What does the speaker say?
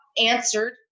answered